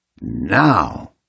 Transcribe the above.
now